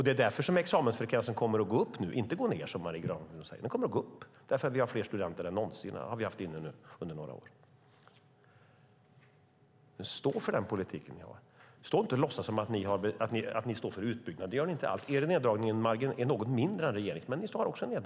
Det är därför examensfrekvensen kommer att gå upp nu, inte ned, som Marie Granlund säger. Vi har haft fler studenter än någonsin under några år. Stå för den politik ni har! Stå inte och låtsas som att ni står för utbyggnad! Det gör ni inte alls. Er neddragning är bara något mindre än regeringens.